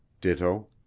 Ditto